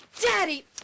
Daddy